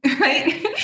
right